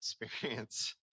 experience